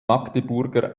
magdeburger